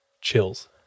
chills